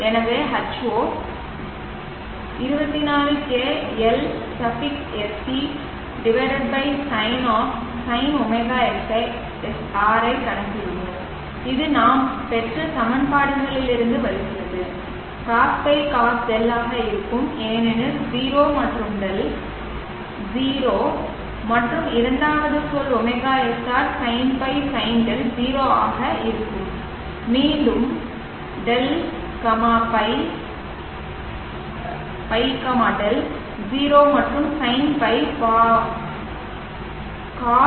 எனவே H0 24 k Lsc sin sin ωsr ஐ கணக்கிடுவோம் இது நாம் பெற்ற சமன்பாடுகளிலிருந்து வருகிறது cosϕ cosδ ஆக இருக்கும் ஏனெனில் ϕ மற்றும் δ 0 மற்றும் இரண்டாவது சொல் ωsr sinϕ sinδ 0 ஆக இருக்கும் மீண்டும் ϕ δ 0 மற்றும் sinϕ பாவம் sinδ 0 ஆகும்